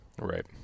Right